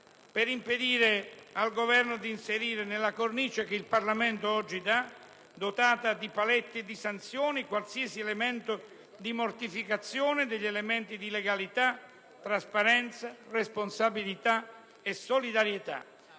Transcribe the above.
per impedire al Governo di inserire nella cornice che il Parlamento oggi fornisce, dotata di paletti e di sanzioni, qualsiasi elemento di mortificazione degli elementi di legalità, trasparenza, responsabilità e solidarietà,